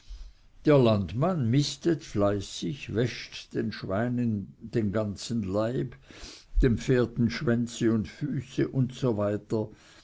der landmann mistet fleißig wäscht den schweinen den ganzen leib den pferden schwänze und fuße usw